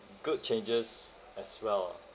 good changes as well lah